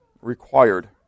required